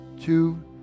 Two